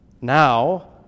now